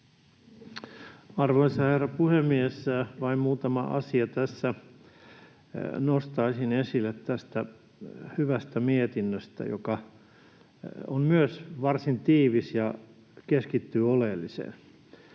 Arvoisa herra puhemies! Vain muutaman asian tässä nostaisin esille tästä hyvästä mietinnöstä, joka on myös varsin tiivis ja keskittyy oleelliseen.